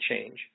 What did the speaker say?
change